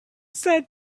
set